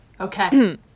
Okay